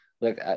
look